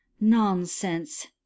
Nonsense